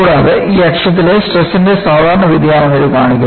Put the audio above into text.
കൂടാതെ ഈ അക്ഷത്തിലെ സ്ട്രെസ്ൻറെ സാധാരണ വ്യതിയാനം ഇത് കാണിക്കുന്നു